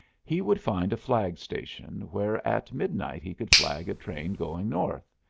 he would find a flag station where at midnight he could flag a train going north.